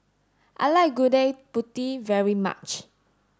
I like Gudeg Putih very much